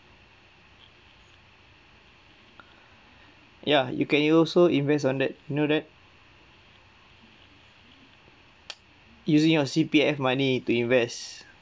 ya you can you also invest on that you know that using your C_P_F money to invest